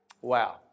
wow